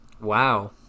Wow